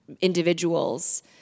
individuals